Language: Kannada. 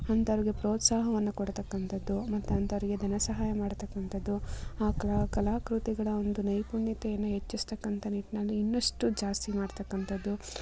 ಅಂಥವ್ರಿಗೆ ಪ್ರೋತ್ಸಹವನ್ನು ಕೊಡ್ತಕ್ಕಂಥದ್ದು ಮತ್ತು ಅಂಥವ್ರಿಗೆ ಧನ ಸಹಾಯ ಮಾಡ್ತಕ್ಕಂಥದ್ದು ಆ ಕಲಾಕೃತಿಗಳ ಒಂದು ನೈಪುಣ್ಯತೆಯನ್ನು ಹೆಚ್ಚಿಸ್ತಕ್ಕಂಥ ನಿಟ್ಟಿನಲ್ಲಿ ಇನ್ನಷ್ಟು ಜಾಸ್ತಿ ಮಾಡ್ತಕ್ಕಂಥದ್ದು